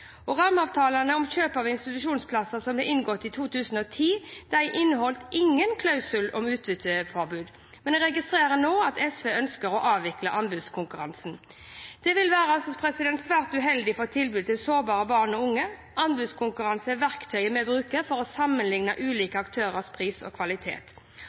regjeringen. Rammeavtalene om kjøp av institusjonsplasser som ble inngått i 2010, inneholdt ingen klausul om utbytteforbud. Jeg registrerer nå at SV ønsker å avvikle anbudskonkurransene. Det ville være svært uheldig for tilbudet til sårbare barn og unge. Anbudskonkurranser er verktøyet vi bruker for å sammenligne ulike aktørers pris og kvalitet.